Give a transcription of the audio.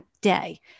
day